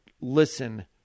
listen